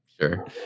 Sure